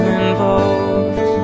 involved